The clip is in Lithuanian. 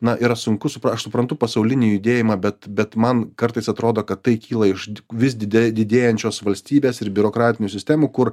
na yra sunku suprast aš suprantu pasaulinį judėjimą bet bet man kartais atrodo kad tai kyla iš vis didėja didėjančios valstybės ir biurokratinių sistemų kur